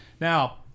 Now